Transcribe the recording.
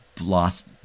lost